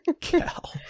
Cal